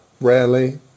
Rarely